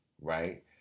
right